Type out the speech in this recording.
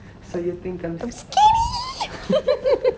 so you think I look skin~